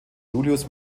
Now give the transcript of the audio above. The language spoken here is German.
julius